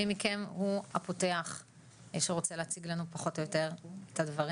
מישהו רוצה להציג לנו פחות או יותר את הדברים?